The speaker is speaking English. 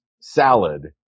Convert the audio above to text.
salad